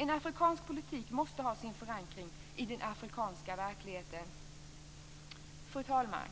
En afrikansk politik måste ha sin förankring i den afrikanska verkligheten. Fru talman!